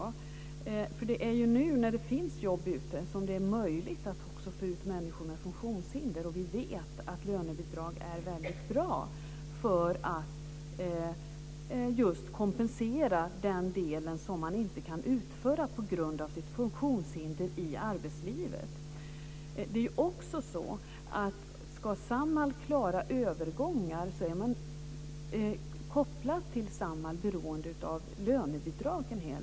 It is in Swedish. Det är ju nu när det finns jobb ute som det är möjligt att också få ut människor med funktionshinder i arbetslivet, och vi vet att lönebidrag är väldigt bra för att just kompensera den del som man inte kan utföra i arbetslivet på grund av sitt funktionshinder. Om Samhall ska klara övergångar kopplade till Samhall är man beroende av lönebidrag.